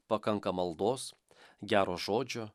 pakanka maldos gero žodžio